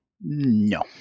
No